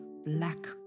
Black